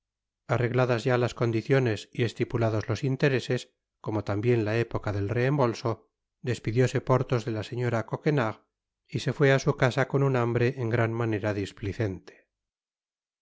arregladas ya las condiciones y estipulados los intereses como tambien la época del reembolso despidióse porthos de la señora coquenard y se fué á su casa con un hambre en gran manera